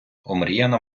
омріяна